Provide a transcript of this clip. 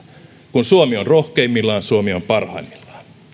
kun suomi on rohkeimmillaan suomi on parhaimmillaan